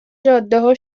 جادهها